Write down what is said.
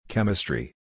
Chemistry